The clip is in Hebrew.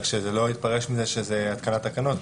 רק שלא יתפרש מזה שזה התקנת תקנות,